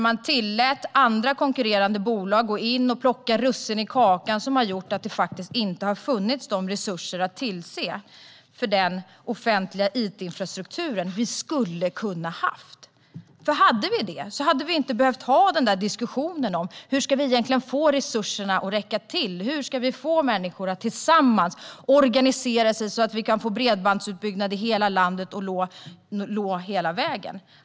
Man tillät andra konkurrerande bolag att gå in och plocka russinen ur kakan, vilket gjorde att det inte fanns resurser för att tillse att vi fick den offentliga it-infrastruktur som vi skulle ha kunnat ha. Om vi hade haft det hade vi inte behövt ha diskussionen om hur vi ska få resurserna att räcka till, hur vi ska få människor att tillsammans organisera sig så att vi kan få bredbandsutbyggnad i hela landet och nå hela vägen.